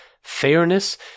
fairness